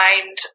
find